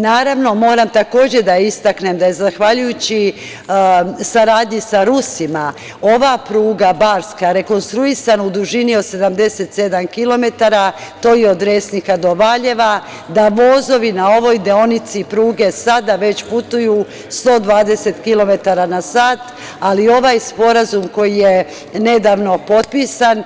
Naravno, moram, takođe, da istaknem da je, zahvaljujući saradnji za Rusima, ova pruga barska rekonstruisanu u dužini 77 kilometara, to je od Resnika do Valjeva, da vozovi na ovoj deonici pruge sada već putuju 120 kilometara na sat, ali ovaj sporazum, koji je nedavno potpisan,